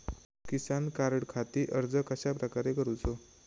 किसान कार्डखाती अर्ज कश्याप्रकारे करूचो?